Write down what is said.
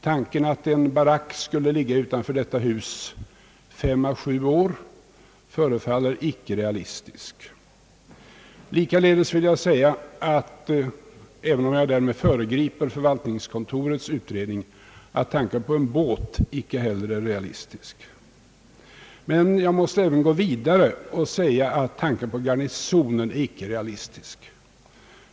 Tanken att en barack skulle ligga utanför detta hus under fem å sju år förefaller icke realistisk. Likaledes vill jag säga även om jag därmed föregriper förvaltningskontorets utredning — att tanken på en båt icke heller är realistisk. Men jag måste gå vidare och säga att också tanken på Garnisonen icke är realistisk.